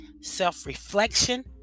self-reflection